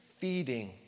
Feeding